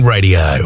Radio